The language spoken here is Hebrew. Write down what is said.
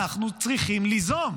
אנחנו צריכים ליזום.